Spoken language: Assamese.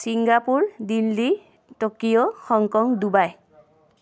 Singapore Delhi Tokyo Hong Kong Dubai